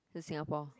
in Singapore